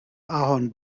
ahorn